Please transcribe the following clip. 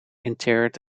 interred